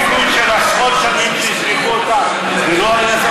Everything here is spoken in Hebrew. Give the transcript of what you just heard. אלעזר, תיקון: עשרות שנים שהזניחו אותם, לא.